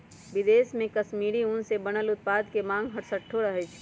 विदेश में कश्मीरी ऊन से बनल उत्पाद के मांग हरसठ्ठो रहइ छै